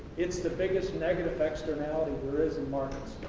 it's the biggest negative externality there is in markets.